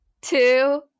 two